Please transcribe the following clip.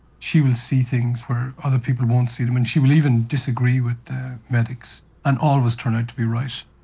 she will see things where other people won't see them and she will even disagree with the medics, and always turn out to be right.